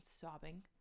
sobbing